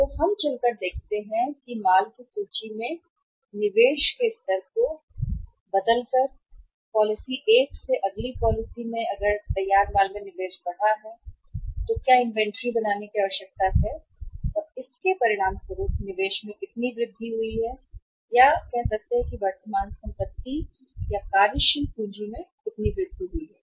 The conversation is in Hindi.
तो हम देखते हैं कि चलकर माल की सूची में निवेश के स्तर को बदलकर पॉलिसी 1 से पॉलिसी अगली पॉलिसी में तैयार माल में निवेश बढ़ा है इन्वेंट्री बनाने की आवश्यकता है और इसके परिणामस्वरूप निवेश में कितनी वृद्धि हुई है अन्य कहते हैं कि वर्तमान संपत्ति या शुद्ध कार्यशील पूंजी में होता है